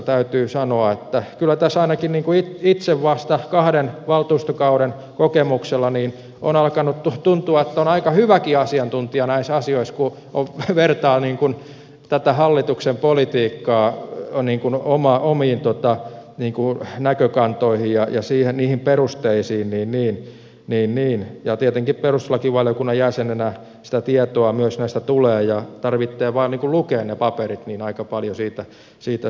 täytyy sanoa että kyllä tässä ainakin itsestä vasta kahden valtuustokauden kokemuksella on alkanut tuntua että on aika hyväkin asiantuntija näissä asioissa kun vertaa tätä hallituksen politiikkaa omiin näkökantoihin ja niihin perusteisiin ja tietenkin perustuslakivaliokunnan jäsenenä myös sitä tietoa näistä tulee ja tarvitsee vain lukea ne paperit niin aika paljon siitä saa tietoa